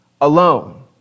alone